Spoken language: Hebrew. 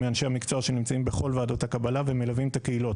מאנשי המקצוע שנמצאים בכל ועדות הקבלה ומלווים את הקהילות,